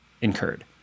incurred